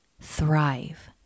Thrive